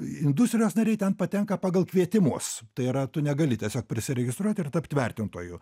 industrijos nariai ten patenka pagal kvietimus tai yra tu negali tiesiog prisiregistruoti ir tapti vertintoju